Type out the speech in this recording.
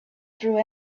through